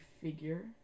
figure